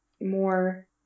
more